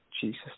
Jesus